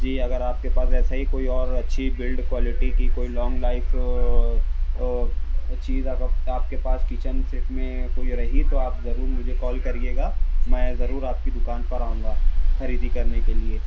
جی اگر آپ کے پاس ایسا ہی کوئی اور اچھی بلڈ کوالٹی كى کوئی لانگ لائف چیز آپ کے پاس کچن سیٹ میں کوئی رہی تو آپ ضرور مجھے کال کریے گا میں ضرور آپ كى دكان پر آؤں گا خريدى كرنے كے ليے